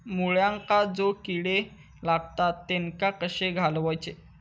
मुळ्यांका जो किडे लागतात तेनका कशे घालवचे?